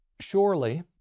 surely